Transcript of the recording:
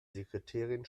sekretärin